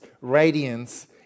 radiance